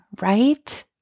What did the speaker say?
right